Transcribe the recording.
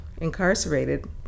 incarcerated